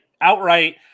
outright